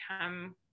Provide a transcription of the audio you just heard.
come